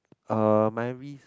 uh my wrist